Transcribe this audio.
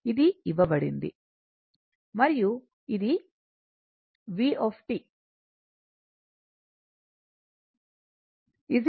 ఇది v ఇవ్వబడింది మరియు ఇది v 100sin 40 t